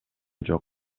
жок